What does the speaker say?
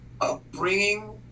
upbringing